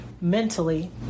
mentally